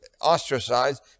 ostracized